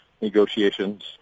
negotiations